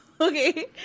Okay